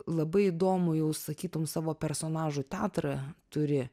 labai įdomu jau sakytum savo personažų teatrą turi